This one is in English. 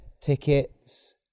tickets